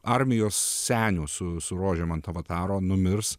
armijos senių su rožėm ant avataro numirs